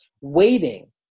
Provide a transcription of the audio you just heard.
waiting